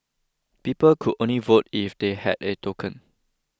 people could only vote if they had a token